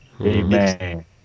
Amen